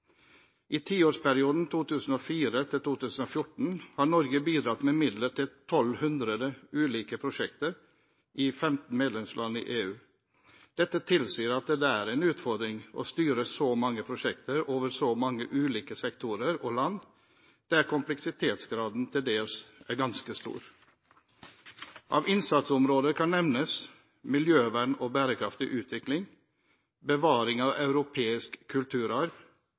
I tiårsperioden 2004–2014 har Norge bidratt med midler til 1 200 ulike prosjekter i 15 medlemsland i EU. Dette tilsier at det er en utfordring å styre så mange prosjekter over så mange ulike sektorer og land der kompleksitetsgraden til dels er ganske stor. Av innsatsområder kan nevnes miljøvern og bærekraftig utvikling, bevaring av europeisk kulturarv,